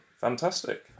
fantastic